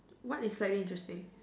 what is slightly interesting